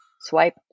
Swipe